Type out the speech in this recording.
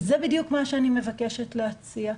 זה בדיוק מה שאני מבקשת להציע.